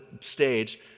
stage